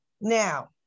Now